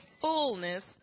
fullness